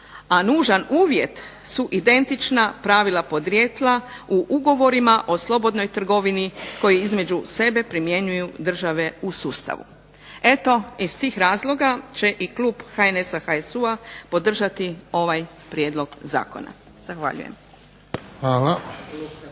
a nužan uvjet su identična pravila podrijetla u ugovorima o slobodnoj trgovini koju između sebe primjenjuju države u sustavu. Eto iz tih razloga će i klub HNS-HSU-a podržati ovaj prijedlog zakona. Zahvaljujem.